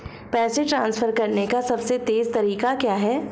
पैसे ट्रांसफर करने का सबसे तेज़ तरीका क्या है?